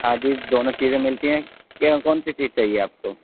ہاں جی دونوں چیزیں ملتی ہیں کیوں کون سی چیز چاہیے آپ کو